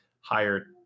higher